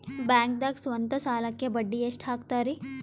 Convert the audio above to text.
ಬ್ಯಾಂಕ್ದಾಗ ಸ್ವಂತ ಸಾಲಕ್ಕೆ ಬಡ್ಡಿ ಎಷ್ಟ್ ಹಕ್ತಾರಿ?